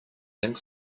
think